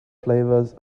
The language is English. flavors